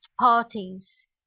parties